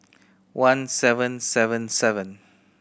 one seven seven seven